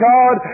God